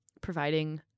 providing